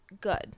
good